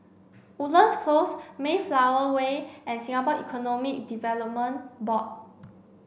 woodlands Close Mayflower Way and Singapore Economic Development Board